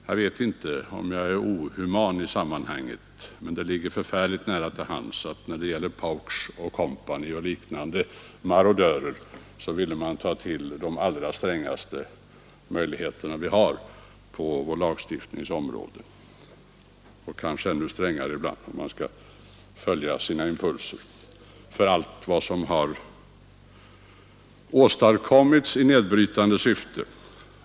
Jag vet inte om jag är inhuman i det sammanhanget, men det ligger förfärligt nära till hands att när det gäller Pauksch och liknande marodörer så vill man ta till de allra strängaste möjligheter vi har på vår lagstiftnings område — kanske ännu strängare ibland, om man skall följa sina impulser — för allt vad dessa marodörer har åstadkommit i nedbrytande syfte.